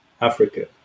Africa